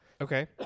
Okay